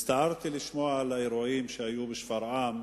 הצטערתי לשמוע על האירועים שהיו בשפרעם,